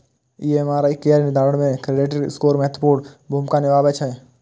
EMI केर निर्धारण मे क्रेडिट स्कोर महत्वपूर्ण भूमिका निभाबै छै